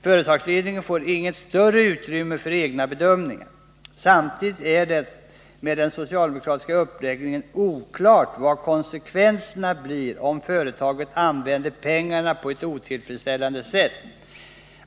Företagsledningen får inget större utrymme för egna bedömningar. Samtidigt är det med den socialdemokratiska uppläggningen oklart vad konsekvenserna blir om företaget använder pengarna på ett otillfredsställande sätt.